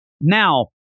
Now